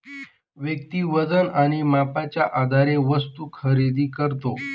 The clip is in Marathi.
व्यक्ती वजन आणि मापाच्या आधारे वस्तू खरेदी करतो